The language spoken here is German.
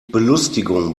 belustigung